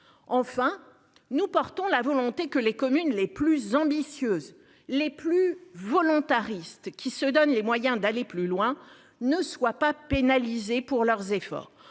Enfin nous portons la volonté que les communes les plus ambitieuses les plus volontariste qui se donne les moyens d'aller plus loin, ne soient pas pénalisées pour leurs efforts